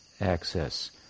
access